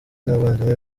n’abavandimwe